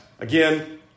Again